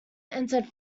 entered